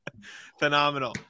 Phenomenal